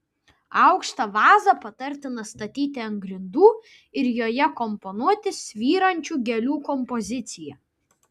aukštą vazą patartina statyti ant grindų ir joje komponuoti svyrančių gėlių kompoziciją